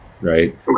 right